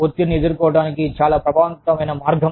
ఒత్తిడిని ఎదుర్కోవటానికి చాలా ప్రభావవంతమైన మార్గం